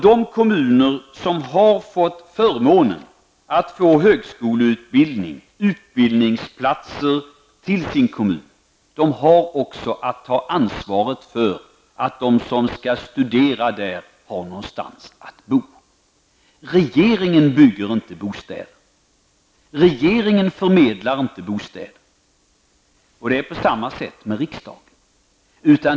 De kommuner som har fått förmånen att få högskoleutbildning med utbildningsplatser förlagd till sin kommun har också att ta ansvar för att de som skall studera där har någonstans att bo. Regeringen varken bygger eller förmedlar bostäder. Det gör inte heller riksdagen.